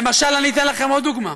למשל, אני אתן לכם עוד דוגמה.